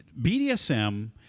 BDSM